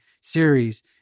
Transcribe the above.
series